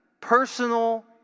personal